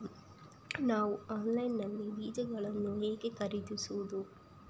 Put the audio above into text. ನಾವು ಆನ್ಲೈನ್ ನಲ್ಲಿ ಬೀಜಗಳನ್ನು ಹೇಗೆ ಖರೀದಿಸುವುದು?